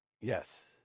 yes